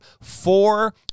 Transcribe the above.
four